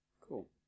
cool